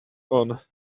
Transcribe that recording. out